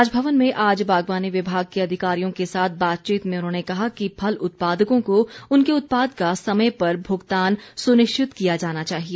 राजभवन में आज बागवानी विभाग के अधिकारियों के साथ बातचीत में उन्होंने कहा कि फल उत्पादकों को उनके उत्पाद का समय पर भुगतान सुनिश्चित किया जाना चाहिए